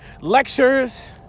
lectures